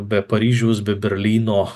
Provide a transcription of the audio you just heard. be paryžiausbe berlyno